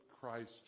Christ